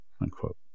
Unquote